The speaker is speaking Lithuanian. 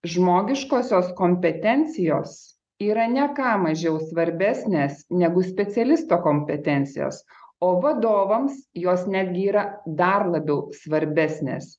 žmogiškosios kompetencijos yra ne ką mažiau svarbesnės negu specialisto kompetencijos o vadovams jos netgi yra dar labiau svarbesnės